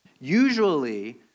Usually